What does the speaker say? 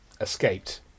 escaped